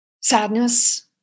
Sadness